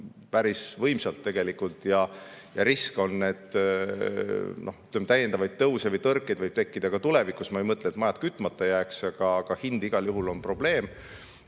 päris võimsalt ja on risk, et täiendavaid tõuse või tõrkeid võib tekkida ka tulevikus. Ma ei mõtle, et majad kütmata jääks, aga hind on igal juhul probleem